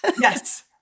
Yes